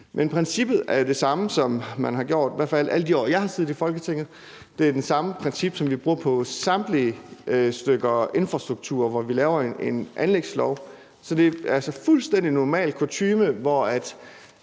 Men princippet er det samme, som det har været i hvert fald alle de år, jeg har siddet i Folketinget. Det er det samme princip, som vi bruger på samtlige stykker infrastruktur, hvor vi laver en anlægslov, så det er altså fuldstændig normal kutyme, hvor